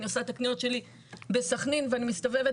אני עושה את הקניות שלי בסכנין ואני מסתובבת